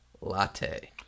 Latte